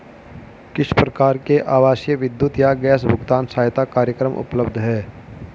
किस प्रकार के आवासीय विद्युत या गैस भुगतान सहायता कार्यक्रम उपलब्ध हैं?